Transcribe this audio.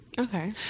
Okay